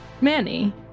Manny